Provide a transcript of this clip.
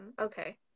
okay